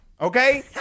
okay